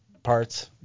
parts